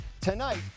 tonight